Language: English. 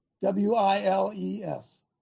W-I-L-E-S